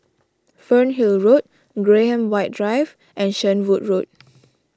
Fernhill Road Graham White Drive and Shenvood Road